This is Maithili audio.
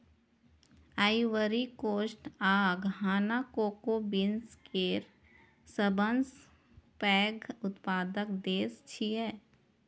आइवरी कोस्ट आ घाना कोको बीन्स केर सबसं पैघ उत्पादक देश छियै